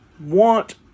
want